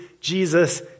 Jesus